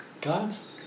god's